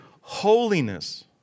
holiness